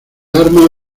arma